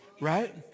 right